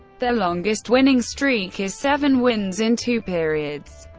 their longest winning streak is seven wins in two periods,